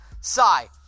Sigh